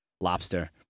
lobster